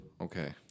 Okay